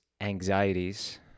anxieties